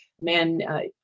man